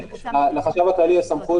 לחשב הכללי יש סמכות,